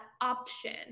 option